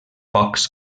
pocs